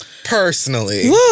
personally